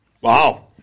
Wow